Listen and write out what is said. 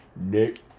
Nick